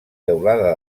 teulada